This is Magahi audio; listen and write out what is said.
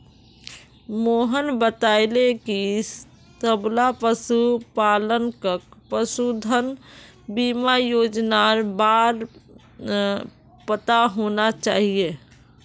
मोहन बताले कि सबला पशुपालकक पशुधन बीमा योजनार बार पता होना चाहिए